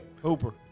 Hooper